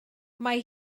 mae